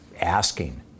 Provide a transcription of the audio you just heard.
asking